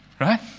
Right